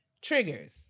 triggers